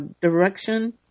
direction